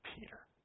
Peter